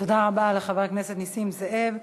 תודה רבה לחבר הכנסת נסים זאב.